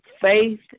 faith